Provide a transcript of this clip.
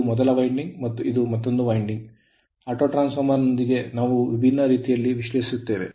ಇದು ಮೊದಲು winding ಮತ್ತು ಇದು ಮತ್ತೊಂದು winding ಆಟೋಟ್ರಾನ್ಸ್ ಫಾರ್ಮರ್ ನೊಂದಿಗೆ ನಾವು ವಿಭಿನ್ನ ರೀತಿಯಲ್ಲಿ ವಿಶ್ಲೇಷಿಸುತ್ತೇವೆ